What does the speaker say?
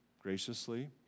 graciously